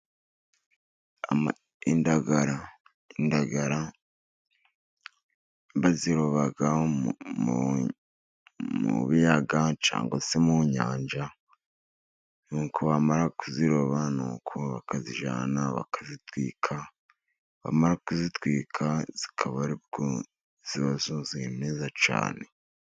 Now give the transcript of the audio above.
Indagara, indagara baziroba mu biyaga cyangwa se mu nyanja, nuko bamara kuziroba nuko bakazijyana bakazitwika, bamara kuzitwika zikaba ari bwo ziba zuzuye neza cyane.